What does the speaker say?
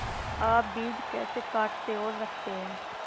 आप बीज कैसे काटते और रखते हैं?